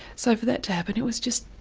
so for that to happen it was just,